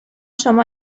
شما